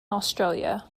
australia